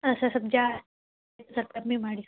ಹಾಂ ಸರ್ ಸ್ವಲ್ಪ್ ಜಾಸ್ತಿ ಸರ್ ಕಮ್ಮಿ ಮಾಡಿ